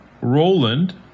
Roland